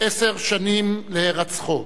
עשר שנים להירצחו.